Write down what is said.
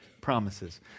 promises